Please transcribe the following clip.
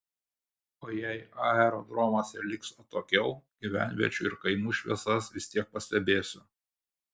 o jei aerodromas ir liks atokiau gyvenviečių ir kaimų šviesas vis tiek pastebėsiu